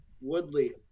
Woodley